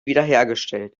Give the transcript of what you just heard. wiederhergestellt